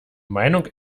meinung